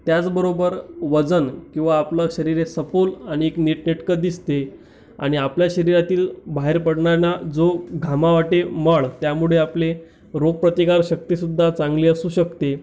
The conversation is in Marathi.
त्याचबरोबर वजन किंवा आपलं शरीर हे सफोल आणिक नीटनेटकं दिसते आणि आपल्या शरीरातील बाहेर पडणारा जो घामावाटे मळ त्यामुळे आपले रोगप्रतिकारशक्ती सुद्धा चांगली असू शकते